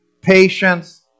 patience